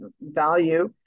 value